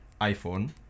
iPhone